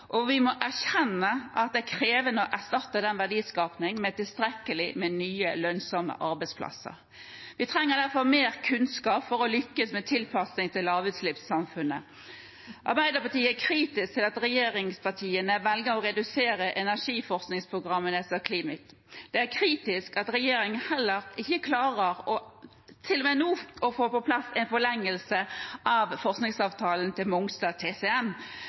og vi må erkjenne at det er krevende å erstatte den verdiskapingen med tilstrekkelig med nye, lønnsomme arbeidsplasser. Vi trenger derfor mer kunnskap for å lykkes med tilpasning til lavutslippssamfunnet. Arbeiderpartiet er kritisk til at regjeringspartiene velger å redusere energiforskningsprogram som CLIMIT. Det er kritisk at regjeringen heller ikke klarer – til og med nå – å få på plass en forlengelse av forskningsavtalen til Mongstad TCM,